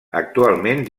actualment